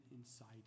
inside